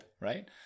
right